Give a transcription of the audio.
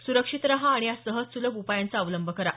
सुरक्षित रहा आणि या सहज सुलभ उपायांचा अवलंब करा